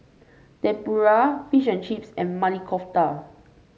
Tempura Fish and Chips and Maili Kofta